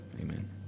Amen